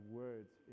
words